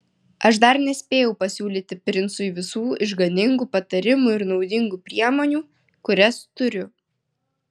aš dar nespėjau pasiūlyti princui visų išganingų patarimų ir naudingų priemonių kurias turiu